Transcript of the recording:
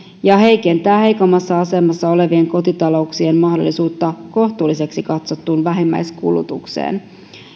ja heikentävät heikoimmassa asemassa olevien kotitalouksien mahdollisuutta kohtuulliseksi katsottuun vähimmäiskulutukseen